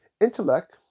intellect